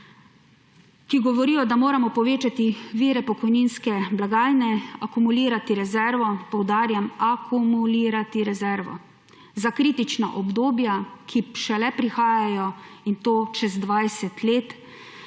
ki govorijo, da moramo povečati vire pokojninske blagajne, akumulirati rezervo, poudarjam, akumulirati rezervo za kritična obdobja, ki šele prihajajo, in to čez 20 let.